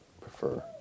prefer